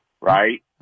right